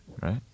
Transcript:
right